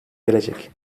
gelecek